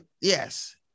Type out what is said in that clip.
Yes